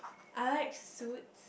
I like Suits